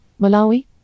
Malawi